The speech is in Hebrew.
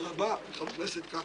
שהוא רחב מאוד בצדק,